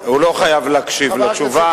הוא לא חייב להקשיב לתשובה.